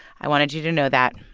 i wanted you to know that.